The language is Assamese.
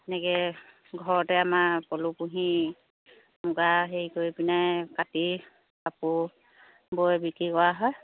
তেনেকৈ ঘৰতে আমাৰ পলু পুহি মুগা হেৰি কৰি পিনে কাটি কাপোৰ বৈ বিক্ৰী কৰা হয়